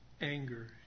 anger